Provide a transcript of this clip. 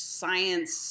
science